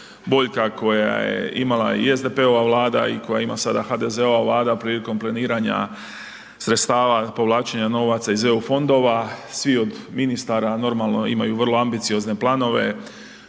boljka, koja je imala i SDP-ova vlada i koja ima sad HDZ-ova vlada prilikom planiranja sredstava, povlačenja novaca od EU fondova, svi od ministara normalno imaju vrlo acidozne planove,